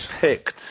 picked